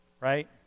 right